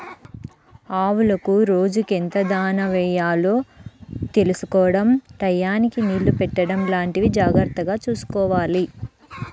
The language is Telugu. ఆవులకు రోజుకెంత దాణా యెయ్యాలో తెలుసుకోడం టైయ్యానికి నీళ్ళు పెట్టడం లాంటివి జాగర్తగా చూసుకోవాలి